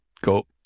go